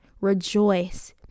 rejoice